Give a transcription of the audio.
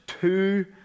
two